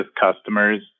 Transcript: customers